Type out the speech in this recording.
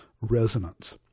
resonance